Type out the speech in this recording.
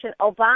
Obama